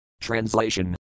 Translation